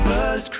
Buzz